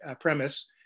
premise